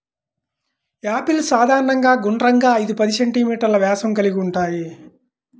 apples సాధారణంగా గుండ్రంగా, ఐదు పది సెం.మీ వ్యాసం కలిగి ఉంటాయి